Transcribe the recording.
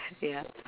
ya